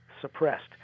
suppressed